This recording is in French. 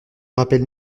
rappelle